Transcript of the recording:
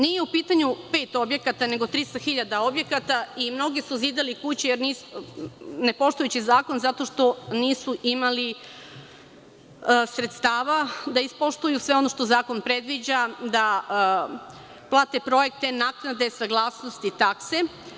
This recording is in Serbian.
Nije u pitanju pet objekata nego 300.000 objekata i mnogi su zidali kuće ne poštujući zakon, zato što nisu imali sredstava da ispoštuju sve ono što zakon predviđa, da plate projekte, naknade, saglasnosti, takse.